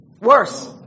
Worse